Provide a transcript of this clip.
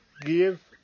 give